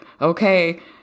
okay